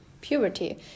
puberty